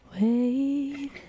Wait